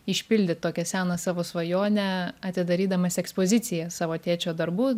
išpildėt tokią seną savo svajonę atidarydamas ekspoziciją savo tėčio darbų